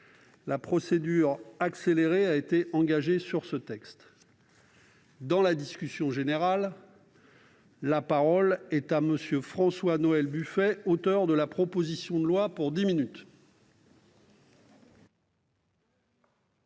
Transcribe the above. La procédure accélérée a été engagée sur ce texte. Dans la discussion générale, la parole est à M. François-Noël Buffet, auteur de la proposition de loi. Monsieur